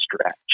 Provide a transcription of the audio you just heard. stretch